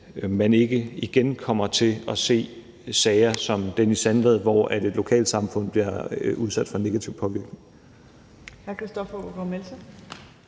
at man ikke igen kommer til at se sager som den i Sandvad, hvor et lokalsamfund bliver udsat for en negativ påvirkning.